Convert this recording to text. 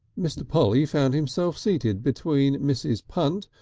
mr. polly found himself seated between mrs. punt,